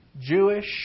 Jewish